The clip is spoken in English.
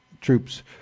troops